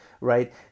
right